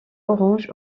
orange